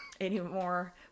anymore